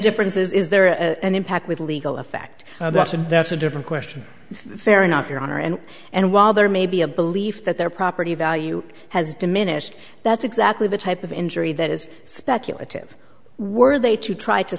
difference is is there an impact with legal effect that's a different question fair enough your honor and and while there may be a belief that their property value has diminished that's exactly the type of injury that is speculative were they to try to